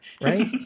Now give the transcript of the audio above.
right